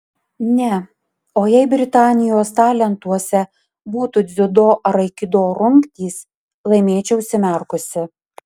ne o jei britanijos talentuose būtų dziudo ar aikido rungtys laimėčiau užsimerkusi